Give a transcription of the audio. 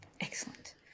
Excellent